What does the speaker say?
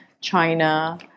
China